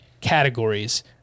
categories